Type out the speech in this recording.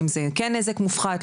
האם זה כן נזק מופחת,